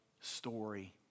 story